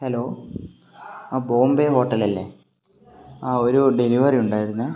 hello ആ Bombay hotel അല്ലേ ആ ഒരു ഡെലിവെറി ഉണ്ടായിരുന്നു